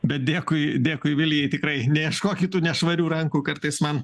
bet dėkui dėkui vilijai tikrai neieškokit tų nešvarių rankų kartais man